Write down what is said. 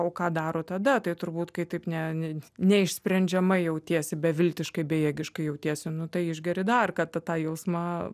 o ką daro tada tai turbūt kai taip ne ne neišsprendžiama jautiesi beviltiškai bejėgiškai jautiesi nu tai išgeri dar kad tą tą jausmą